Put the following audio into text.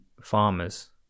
farmers